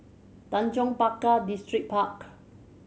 Tanjong Pagar Distripark